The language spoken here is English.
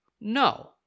no